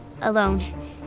alone